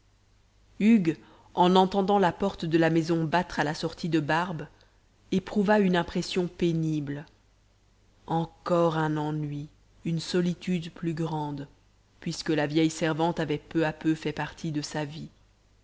hugues en entendant la porte de la maison battre à la sortie de barbe éprouva une impression pénible encore un ennui une solitude plus grande puisque la vieille servante avait peu à peu fait partie de sa vie